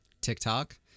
TikTok